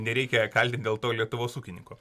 nereikia kaltint dėl to lietuvos ūkininkų